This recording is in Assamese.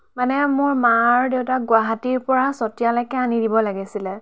মানে মোৰ মা আৰু দেউতাক গুৱাহাটীৰ পৰা চতিয়ালৈকে আনি দিব লাগিছিলে